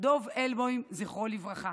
דב אלבוים, זכרו לברכה.